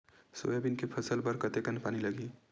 Soybean के फसल बर कतेक कन पानी लगही?